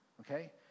okay